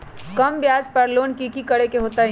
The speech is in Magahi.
कम ब्याज पर लोन की करे के होतई?